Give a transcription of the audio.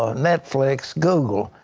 ah netflix, google.